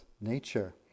nature